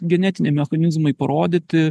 genetiniai mechanizmai parodyti